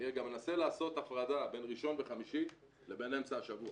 אני גם מנסה לעשות הפרדה בין ראשון וחמישי לבין אמצע השבוע.